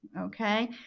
okay